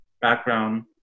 background